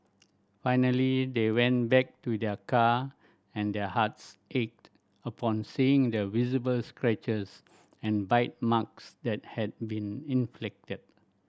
finally they went back to their car and their hearts ached upon seeing the visible scratches and bite marks that had been inflicted